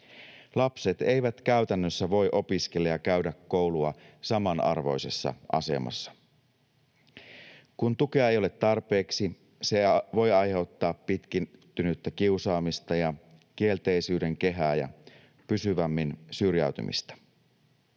Lapset eivät käytännössä voi opiskella ja käydä koulua samanarvoisessa asemassa. Kun tukea ei ole tarpeeksi, se voi aiheuttaa pitkittynyttä kiusaamista ja kielteisyyden kehää ja pysyvämmin syrjäytymistä.